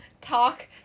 talk